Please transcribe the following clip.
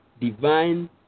divine